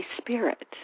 spirit